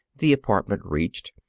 the apartment reached,